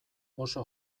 oso